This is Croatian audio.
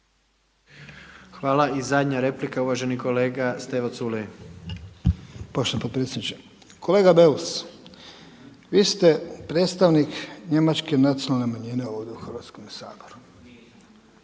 Hvala. I zadnja replika uvaženi kolega Stevo Culej. **Culej, Stevo (HDZ)** Poštovani potpredsjedniče. Kolega Beus, vi ste predstavnik njemačke nacionalne manjine ovdje u Hrvatskome saboru.